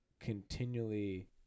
continually